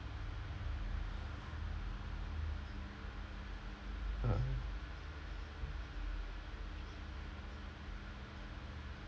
uh